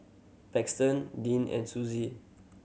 Paxton Deeann and Sussie